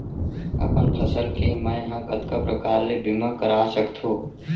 अपन फसल के मै ह कतका प्रकार ले बीमा करा सकथो?